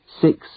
six